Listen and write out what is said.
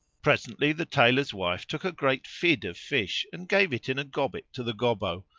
presently the tailor's wife took a great fid of fish and gave it in a gobbet to the gobbo,